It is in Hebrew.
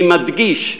אני מדגיש,